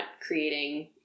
creating